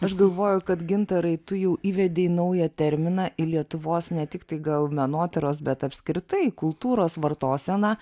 aš galvoju kad gintarai tu jau įvedei naują terminą į lietuvos ne tiktai gal menotyros bet apskritai kultūros vartoseną